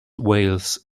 wales